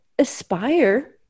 aspire